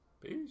peace